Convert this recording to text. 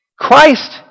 Christ